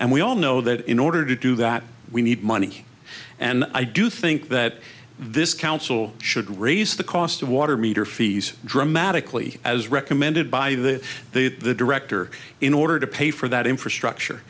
and we all know that in order to do that we need money and i do think that this council should raise the cost of water meter fees dramatically as recommended by the the the director in order to pay for that infrastructure